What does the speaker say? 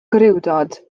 gwrywdod